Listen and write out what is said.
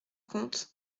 comte